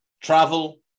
travel